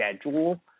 schedule